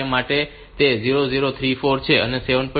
5 માટે એ 003C છે